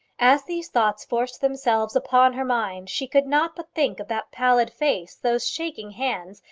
as these thoughts forced themselves upon her mind, she could not but think of that pallid face, those shaking hands,